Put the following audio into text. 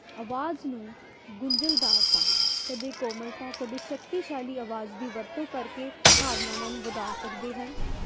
ਆਵਾਜ਼ ਨੂੰ ਗੁੰਝਲਦਾਰਤਾ ਕਦੇ ਕੋਮਲਤਾ ਕਦੇ ਸ਼ਕਤੀਸ਼ਾਲੀ ਆਵਾਜ਼ ਦੀ ਵਰਤੋਂ ਕਰਕੇ ਭਾਵਨਾਵਾਂ ਨੂੰ ਵਧਾ ਸਕਦੇ ਹਨ